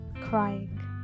crying